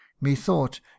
Methought